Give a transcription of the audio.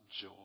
joy